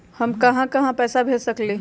हम कहां कहां पैसा भेज सकली ह?